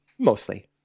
Mostly